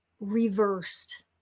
reversed